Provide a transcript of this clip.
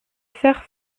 faire